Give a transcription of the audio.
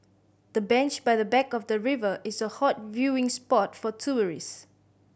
the bench by the bank of the river is a hot viewing spot for tourists